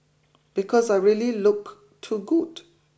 because I really look too good